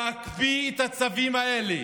להקפיא את הצווים האלה,